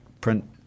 print